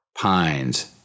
Pines